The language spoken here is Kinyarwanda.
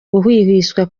guhwihwiswa